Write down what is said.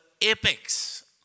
apex